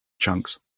chunks